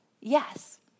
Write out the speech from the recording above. yes